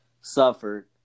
suffered